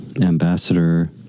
ambassador